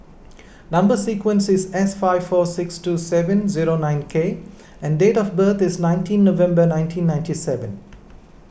Number Sequence is S five four six two seven zero nine K and date of birth is nineteen November nineteen ninety seven